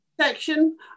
section